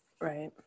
Right